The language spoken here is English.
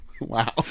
Wow